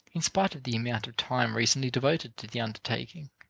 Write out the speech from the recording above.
in spite of the amount of time recently devoted to the undertaking.